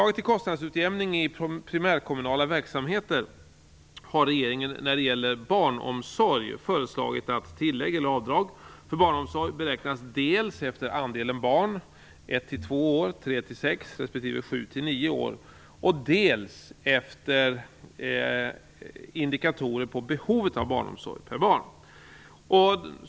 1-2, 3-6 respektive 7-9 år, dels efter indikatorer på behovet av barnomsorg per barn.